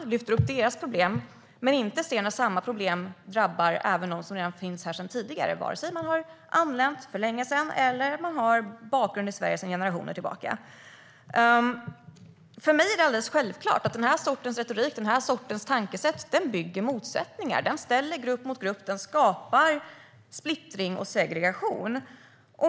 Man lyfter fram deras problem, men ser inte när samma problem drabbar även dem som redan finns här sedan tidigare, vare sig de har anlänt för länge sedan eller har bakgrund i Sverige sedan generationer tillbaka. För mig är det alldeles självklart att den här sortens retorik och tankesätt bygger motsättningar, ställer grupp mot grupp och skapar splittring och segregation.